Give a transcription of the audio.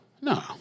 No